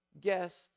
guest